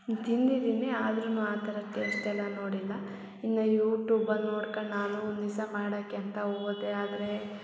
ತಿಂದಿದ್ದೀನಿ ಆದರೂನು ಆ ಥರ ಟೇಸ್ಟ್ ಎಲ್ಲೂ ನೋಡಿಲ್ಲ ಇನ್ನ ಯೂಟೂಬಂಗೆ ನೋಡ್ಕೊಂಡು ನಾನು ಒಂದಿವಸ ಮಾಡಕ್ಕೆ ಅಂತ ಹೋದೆ ಆದರೆ